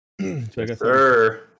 Sir